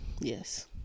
Yes